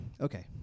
Okay